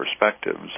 perspectives